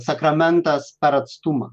sakramentas per atstumą